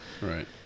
Right